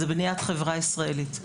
זה בניית חברה ישראלית.